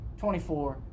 24